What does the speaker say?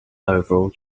oval